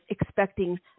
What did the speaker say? expecting